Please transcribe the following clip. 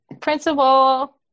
principal